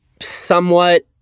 somewhat